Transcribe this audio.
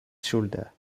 shoulder